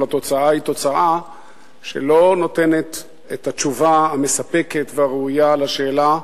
אבל התוצאה היא תוצאה שלא נותנת את התשובה המספקת והראויה לשאלה,